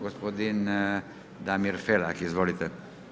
Gospodin Damir Felak, izvolite.